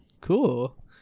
cool